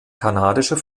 kanadischer